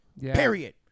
Period